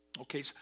Okay